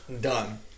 done